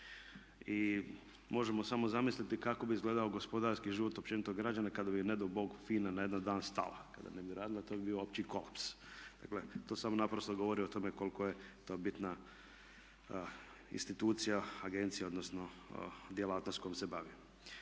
I možemo samo zamisliti kako bi izgledao gospodarski život općenito građana kada bi ne dao bog FINA na jedan dan stala, kada ne bi radila. To bi bio opći kolaps. Dakle, to samo naprosto govori o tome koliko je to bitna institucija, agencija, odnosno djelatnost kojom se bavi.